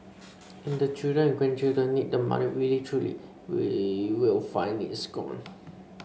and the children and grandchildren need the money really truly they will find it's gone